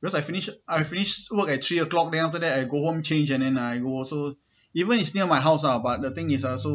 because I finished I finished work at three o'clock then after that I go home change and then I would also even it’s near my house ah but the thing is ah so